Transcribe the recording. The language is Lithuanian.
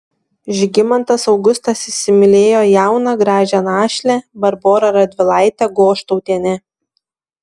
žygimantas augustas įsimylėjo jauną gražią našlę barborą radvilaitę goštautienę